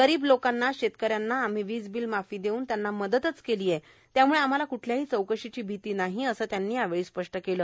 गरीब लोकांना शेतकऱ्यांना आम्ही वीज बील माफी देऊन त्यांना मदतच केली आहे त्यामुळे आम्हाला क्ठल्याही चौकशीची भीती नाही असं त्यांनी यावेळी स्पष्ट केलं